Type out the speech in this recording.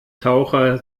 taucher